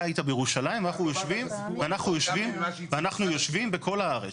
אתה היית בירושלים ואנחנו יושבים בכל הארץ.